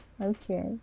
Okay